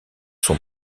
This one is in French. son